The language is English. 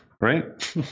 right